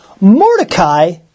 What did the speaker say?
Mordecai